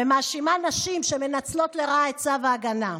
והאשימה נשים שהן מנצלות לרעה את צו ההגנה.